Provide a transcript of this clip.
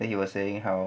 then he was saying how